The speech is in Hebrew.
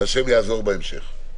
והשם יעזור בהמשך.